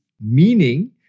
Meaning